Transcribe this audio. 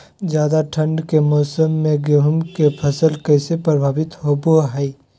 ज्यादा ठंड के मौसम में गेहूं के फसल कैसे प्रभावित होबो हय?